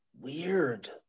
weird